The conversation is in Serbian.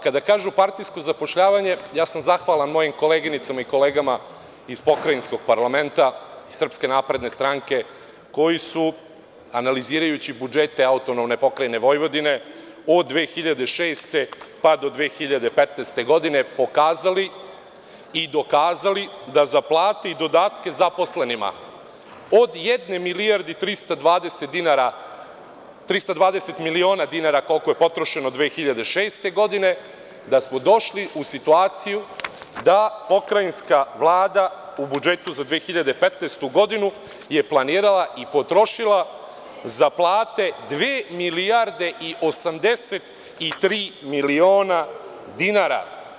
Kada kažu - partijsko zapošljavanje, ja sam zahvalan mojim koleginicama i kolegama iz pokrajinskog parlamenta iz SNS koji su, analizirajući budžete AP Vojvodine, od 2006. pa do 2015. godine pokazali i dokazali da za plate i dodatke zaposlenima od jedne milijarde i 320 miliona dinara, koliko je potrošeno 2006. godine, da smo došli u situaciju da je Pokrajinska vlada u budžetu za 2015. godinu planirala i potrošila za plate dve milijarde i 83 miliona dinara.